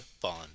bond